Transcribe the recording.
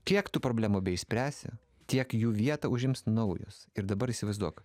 kiek tu problemų beišspręsi tiek jų vietą užims naujos ir dabar įsivaizduok